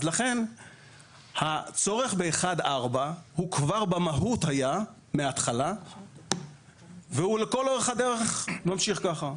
לכן הצורך ב-4-1 כבר במהות היה מהתחלה והוא לכל אורך הדרך ממשיך כך.